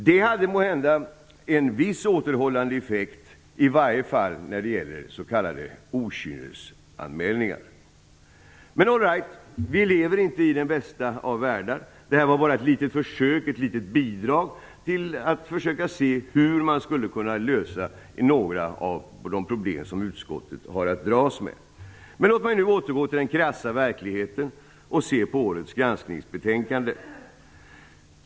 Det hade måhända en viss återhållande effekt, i varje fall när det gällde s.k. okynnesanmälningar. Men all right - vi lever inte i den bästa av världar. Det här var bara ett litet bidrag till diskussionen om hur man skulle kunna lösa några av de problem som utskottet har att dras med. Låt mig nu återgå till den krassa verkligheten och se på årets granskningsbetänkande.